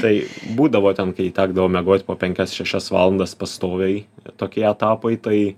tai būdavo ten kai tekdavo miegot po penkias šešias valandas pastoviai tokie etapai tai